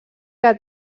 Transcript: que